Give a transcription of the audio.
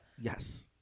Yes